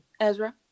Ezra